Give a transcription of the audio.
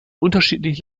unterschiedlich